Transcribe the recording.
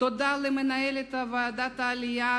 תודה למנהלת ועדת העלייה,